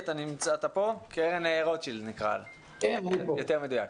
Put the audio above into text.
קרן רוטשילד, יותר מדויק.